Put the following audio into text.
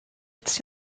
jetzt